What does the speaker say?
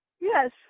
Yes